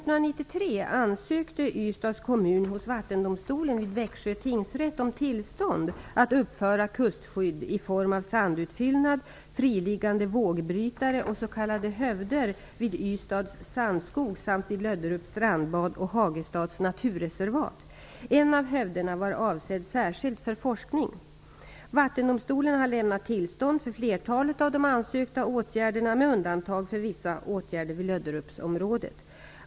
Hagestads naturreservat. En av hövderna var avsedd särskilt för forskning. Vattendomstolen har lämnat tillstånd för flertalet av de ansökta åtgärderna, med undantag för vissa åtgärder vid Löderupsområdet.